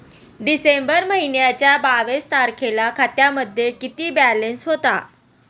डिसेंबर महिन्याच्या बावीस तारखेला खात्यामध्ये किती बॅलन्स होता?